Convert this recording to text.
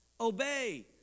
obey